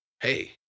Hey